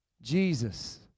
Jesus